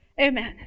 Amen